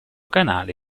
canale